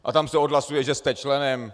A tam se odhlasuje, že jste členem...